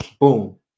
boom